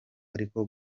ariko